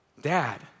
Dad